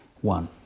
one